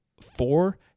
four